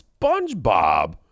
SpongeBob